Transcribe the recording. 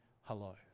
hello